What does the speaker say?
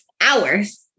hours